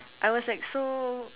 I was like so